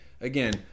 again